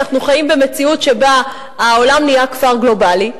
אנחנו חיים במציאות שבה העולם נהיה כפר גלובלי.